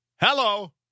Hello